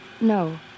No